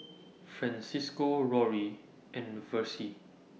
Francisco Rory and Versie